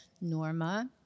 Norma